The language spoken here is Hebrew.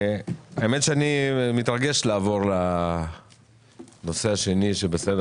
האמת שאני מתרגש לעבור לנושא השני על סדר